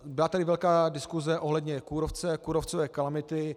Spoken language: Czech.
Byla tady velká diskuse ohledně kůrovce, kůrovcové kalamity.